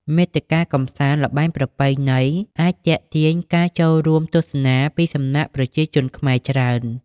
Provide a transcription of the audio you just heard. មាតិកាកម្សាន្ត ល្បែងប្រពៃណីអាចទាក់ទាញការចូលរួមទស្សនាពីសំណា់ប្រជាជនខ្មែរច្រើន។